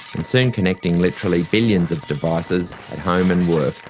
and soon connecting literally billions of devices at home and work,